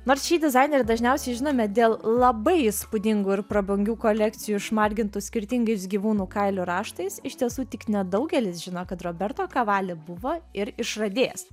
nors šį dizainerį dažniausiai žinome dėl labai įspūdingų ir prabangių kolekcijų išmargintų skirtingais gyvūnų kailių raštais iš tiesų tik nedaugelis žino kad roberto kavali buvo ir išradėjas